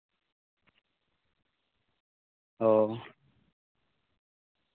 ᱚᱸᱻ